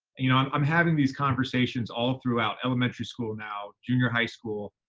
you know, i'm i'm having these conversations all throughout elementary school now, junior high school.